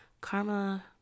karma